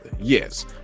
Yes